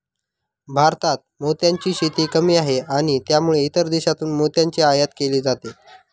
भारतात मोत्यांची शेती कमी आहे आणि त्यामुळे इतर देशांतून मोत्यांची आयात केली जाते